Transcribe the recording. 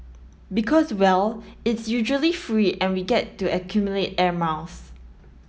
because well it's usually free and we get to accumulate air miles